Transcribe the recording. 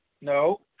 No